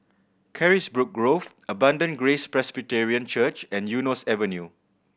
Carisbrooke Grove Abundant Grace Presbyterian Church and Eunos Avenue